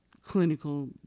clinical